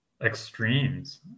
extremes